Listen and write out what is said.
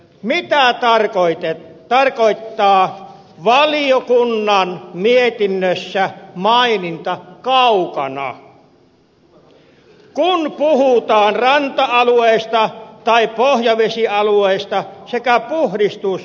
mitään tarkkaa mitä tarkoittaa valiokunnan mietinnössä maininta kaukana kun puhutaan ranta alueista tai pohjavesialueista sekä puhdistushelpotuksista